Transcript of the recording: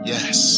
Yes